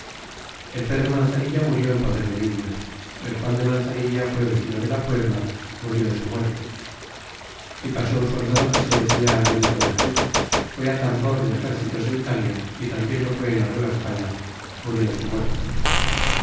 el pedro manzanilla murió en poder de indios el juan de manzanilla fué vecino de la puebla murió de su muerte e pasó un soldado que se decia benito bejel fue atambor de exércitos de italia y tambien lo fué en la nueva españa murió de su muerte